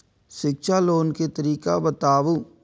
शिक्षा लोन के तरीका बताबू?